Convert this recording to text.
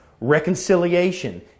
Reconciliation